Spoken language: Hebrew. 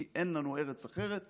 כי אין לנו ארץ אחרת,